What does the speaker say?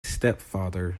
stepfather